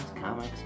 comics